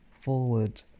forward